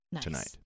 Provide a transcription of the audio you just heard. tonight